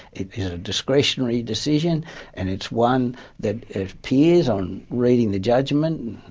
it is a discretionary decision and it's one that appears, on reading the judgement,